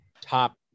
top